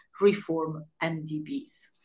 ReformMDBs